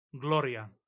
Gloria